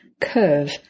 curve